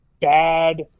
bad